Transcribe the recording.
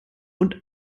und